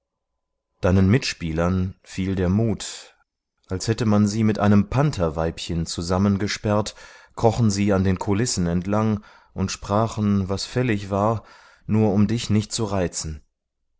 deinen mitspielern fiel der mut als hätte man sie mit einem pantherweibchen zusammengesperrt krochen sie an den kulissen entlang und sprachen was fällig war nur um dich nicht zu reizen